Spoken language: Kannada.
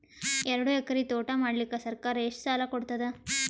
ಎರಡು ಎಕರಿ ತೋಟ ಮಾಡಲಿಕ್ಕ ಸರ್ಕಾರ ಎಷ್ಟ ಸಾಲ ಕೊಡತದ?